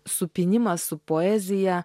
supynimas su poezija